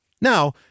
Now